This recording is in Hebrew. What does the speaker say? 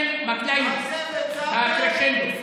ואנחנו סירבנו.